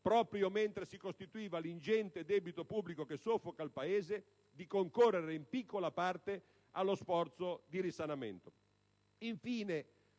proprio mentre si costituiva l'ingente debito pubblico che soffoca il Paese - di concorrere in piccola parte allo sforzo di risanamento.